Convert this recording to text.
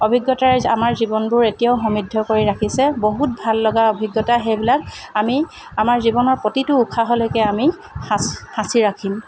অভিজ্ঞতাই আমাৰ জীৱনবোৰ এতিয়াও সমৃদ্ধ কৰি ৰাখিছে বহুত ভাল লগা অভিজ্ঞতা সেইবিলাক আমি আমাৰ জীৱনৰ প্ৰতিটো উশাহলৈকে আমি সাঁচ সাঁচি ৰাখিম